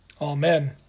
Amen